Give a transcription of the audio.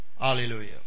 Hallelujah